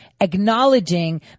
acknowledging